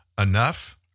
enough